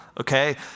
okay